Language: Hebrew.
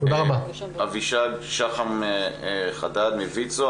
אבישג שחם חדד מוויצ"ו.